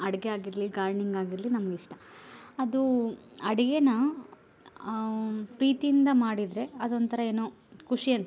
ಅಡ್ಗೆ ಆಗಿರಲಿ ಗಾರ್ಡ್ನಿಂಗ್ ಆಗಿರಲಿ ನಮಗಿಷ್ಟ ಅದು ಅಡುಗೇನ ಪ್ರೀತಿಯಿಂದ ಮಾಡಿದರೆ ಅದೊಂಥರ ಏನೊ ಖುಷಿ ಅನ್ಸುತ್ತೆ